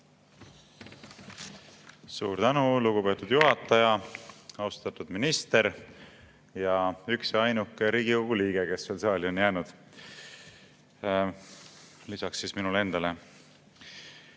Suur tänu, lugupeetud juhataja! Austatud minister! Üks ja ainuke Riigikogu liige, kes veel saali on jäänud lisaks minule endale!